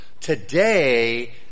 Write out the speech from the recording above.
today